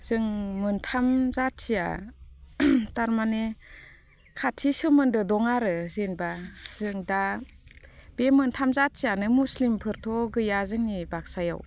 जों मोनथाम जाथिया थारमाने खाथि सोमोन्दो दं आरो जेनेबा जों दा बे मोनथाम जाथियानो मुस्लिमफोरथ' गैया जोंनि बाकसायाव